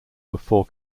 before